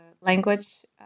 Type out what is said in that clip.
language